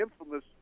infamous